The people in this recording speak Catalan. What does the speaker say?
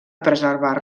preservar